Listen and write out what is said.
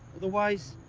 otherwise,